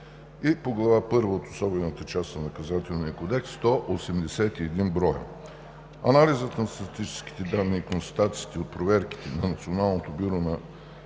по Глава първа от особената част на Наказателния кодекс – 181 броя. Анализът на статистическите данни и констатациите от проверките на Националното бюро за